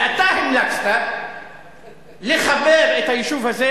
ואתה המלצת לחבר את היישוב הזה